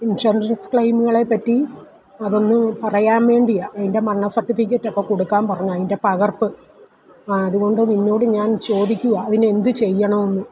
insurance ക്ലെയ്മ്കളെ പറ്റി അതൊന്ന് പറയാൻ വേണ്ടിയാണ് അതിൻ്റെ മരണസർട്ടിഫിക്കറ്റൊക്കെ കൊടുക്കാൻ പറഞ്ഞു അതിൻ്റെ പകർപ്പ് ആ അത്കൊണ്ട് നിന്നോട് ഞാൻ ചോദിക്കുവാണ് അതിനെന്ത് ചെയ്യണമെന്ന്